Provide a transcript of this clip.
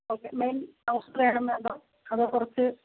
okay main റോഡിൽ വേണോ അതോ കുറച്ച്